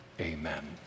Amen